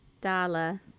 Dala